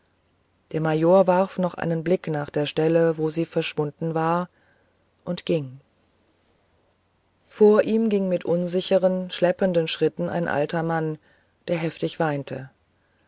der major warf noch einen blick nach der stelle wo sie verschwunden war und ging vor ihm ging mit unsicheren schleppenden schritten ein alter mann der heftig weinte